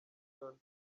houston